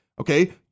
Okay